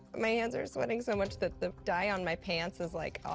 my hands are sweating so much that the dye on my pants is, like, ah